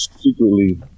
secretly